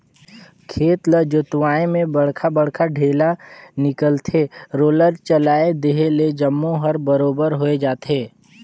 खेत ल जोतवाए में बड़खा बड़खा ढ़ेला निकलथे, रोलर चलाए देहे ले जम्मो हर बरोबर होय जाथे